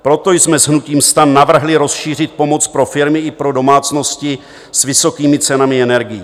Proto jsme s hnutím STAN navrhli rozšířit pomoc pro firmy i pro domácnosti s vysokými cenami energií.